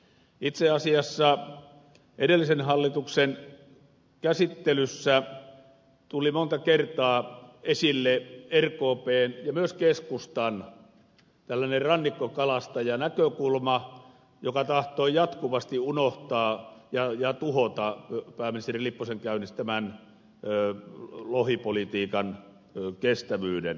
itse asiassa edellisen hallituksen käsittelyssä tuli monta kertaa esille tällainen rkpn ja myös keskustan rannikkokalastajanäkökulma joka tahtoi jatkuvasti unohtaa ja tuhota pääministeri lipposen käynnistämän lohipolitiikan kestävyyden